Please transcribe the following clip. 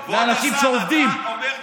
אני אגע גם בחלשים.